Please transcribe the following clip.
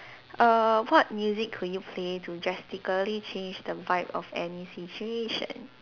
err what music could you play to drastically change the vibe of any situation